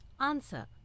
Answer